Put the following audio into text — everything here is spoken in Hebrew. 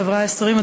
חבריי השרים,